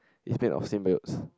is made of sin builds